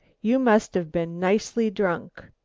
you must have been nicely drunk.